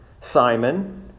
Simon